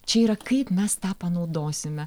čia yra kaip mes tą panaudosime